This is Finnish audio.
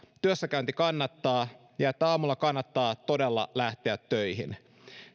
työssäkäynti kannattaa ja että aamulla kannattaa todella lähteä töihin